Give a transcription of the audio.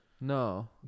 No